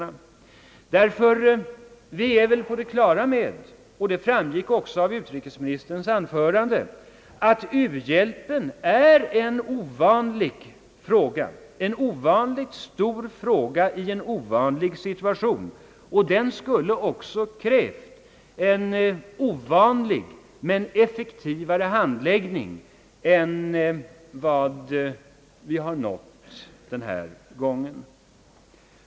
Jag trodde vi var på det klara med — och det framgick också av utrikesministerns anförande — att frågan om u-hjälpen är ovanligt stor i en ovanlig situation och att den också skulle ha krävt en ovanlig men effektivare handläggning än som skett denna gång.